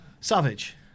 Savage